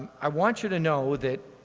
i want you to know that